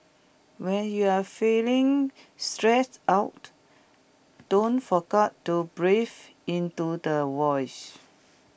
when you are feeling stressed out don't forget to breathe into the voids